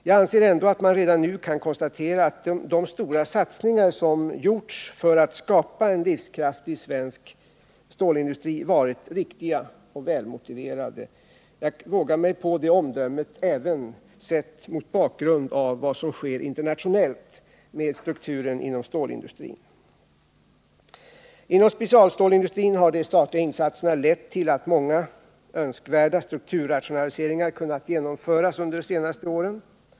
Jag anser ändå att man redan nu kan konstatera att de stora satsningar som gjorts för att skapa en livskraftig svensk stålindustri varit riktiga och välmotiverade. Jag vågar mig på det omdömet även sett mot bakgrund av vad som sker internationellt inom stålindustrin. Inom specialstålsindustrin har de statliga insatserna lett till att många önskvärda strukturrationaliseringar kunnat genomföras under de senaste åren.